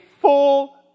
full